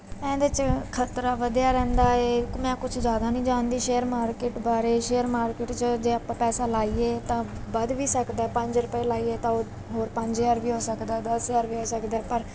ਇਹਦੇ 'ਚ ਖ਼ਤਰਾ ਵਧਿਆ ਰਹਿੰਦਾ ਹੈ ਕਿ ਮੈਂ ਕੁਛ ਜ਼ਿਆਦਾ ਨਹੀਂ ਜਾਣਦੀ ਸ਼ੇਅਰ ਮਾਰਕੀਟ ਬਾਰੇ ਸ਼ੇਅਰ ਮਾਰਕੀਟ 'ਚ ਜੇ ਆਪਾਂ ਪੈਸਾ ਲਗਾਈਏ ਤਾਂ ਵੱਧ ਵੀ ਸਕਦਾ ਹੈ ਪੰਜ ਰੁਪਏ ਲਗਾਈਏ ਤਾਂ ਹੋਰ ਪੰਜ ਹਜ਼ਾਰ ਵੀ ਹੋ ਸਕਦਾ ਦਸ ਹਜ਼ਾਰ ਵੀ ਹੋ ਸਕਦਾ ਪਰ